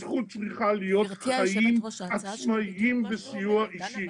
הזכות צריכה להיות חיים עצמאיים בסיוע אישי.